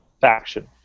faction